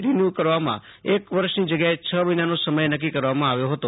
renew કરવામાં એક વર્ષની જગ્યાએ છે મહિનાનો સમય નક્કી કરવામાં આવ્યો હતો